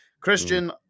Christian